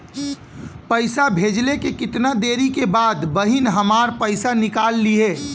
पैसा भेजले के कितना देरी के बाद बहिन हमार पैसा निकाल लिहे?